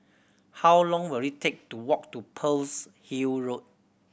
how long will it take to walk to Pearl's Hill Road